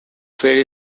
very